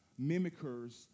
mimickers